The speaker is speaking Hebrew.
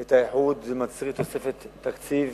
את האיחוד צריך תוספת תקציב